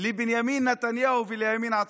לבנימין נתניהו ולימין עצמו.